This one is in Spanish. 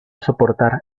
soportar